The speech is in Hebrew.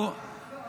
תשאל את שר הפנים.